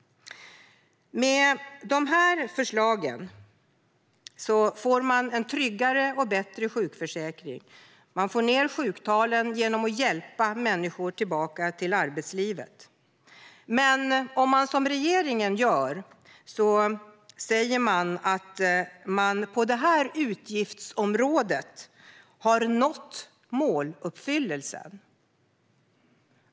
Med dessa förslag får man en tryggare och bättre sjukförsäkring. Sjuktalen sänks genom att människor får hjälp tillbaka till arbetslivet. Men regeringen säger att man på det utgiftsområdet har nått måluppfyllelsen.